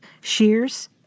shears